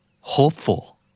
Hopeful